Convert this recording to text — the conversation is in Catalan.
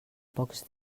pocs